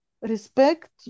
respect